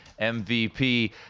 MVP